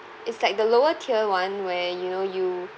it's like the lower tier one where you know you